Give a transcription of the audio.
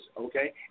okay